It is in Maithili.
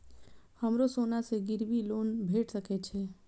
हमरो सोना से गिरबी लोन भेट सके छे?